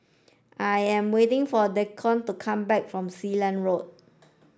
I am waiting for Deacon to come back from Sealand Road